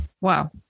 Wow